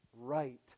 right